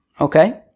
Okay